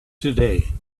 today